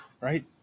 right